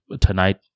tonight